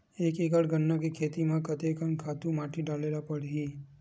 एक एकड़ गन्ना के खेती म कते कन खातु माटी डाले ल पड़ही?